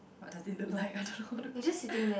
what does it look like I don't know